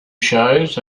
shows